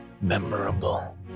memorable